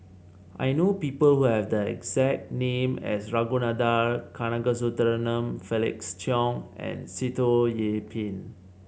I know people who have the exact name as Ragunathar Kanagasuntheram Felix Cheong and Sitoh Yih Pin